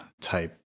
type